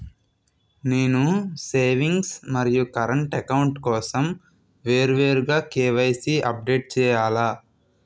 నేను సేవింగ్స్ మరియు current account కోసం వేరువేరుగా కే.వై.సీ అప్డేట్ చేయాలా?